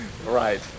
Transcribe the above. Right